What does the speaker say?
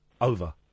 over